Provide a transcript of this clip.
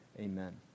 amen